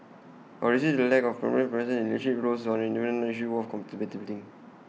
or is the lack of female presence in leadership roles not even an issue worth contemplating